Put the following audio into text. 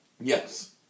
Yes